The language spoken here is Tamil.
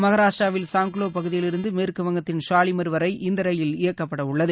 மகாராஷ்டிராவில் சங்கோலா பகுதியிலிருந்து மேற்கு வங்கத்தின் ஷாலிமர் வரை இந்த ரயில் இயக்கப்படவுள்ளது